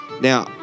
Now